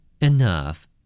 enough